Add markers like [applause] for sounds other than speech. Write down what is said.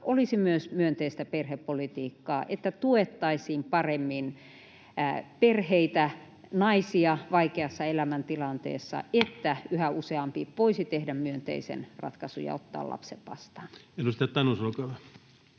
olisi myös myönteistä perhepolitiikkaa, että tuettaisiin paremmin perheitä ja naisia vaikeassa elämäntilanteessa, [noise] niin että yhä useampi voisi tehdä myönteisen ratkaisun ja ottaa lapsen vastaan. [Speech 46] Speaker: